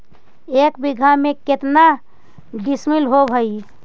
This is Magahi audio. एक बीघा में केतना डिसिमिल होव हइ?